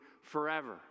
forever